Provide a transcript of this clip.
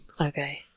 okay